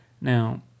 Now